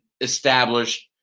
established